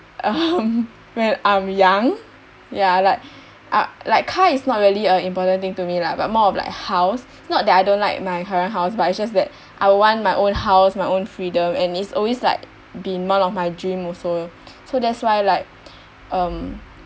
um when I'm young ya like uh like car is not really a important thing to me lah but more of like house not that I don't like my current house but I just that I want my own house my own freedom and it's always like been one of my dream also so that's why like um